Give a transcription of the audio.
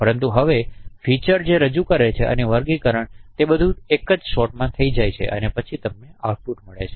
પરંતુ હવે ફીચર રજૂ કરે છે અને વર્ગીકરણ તે બધુ એક જ શોટમાં થઈ જાય છે અને પછી તમને આઉટપુટ મળે છે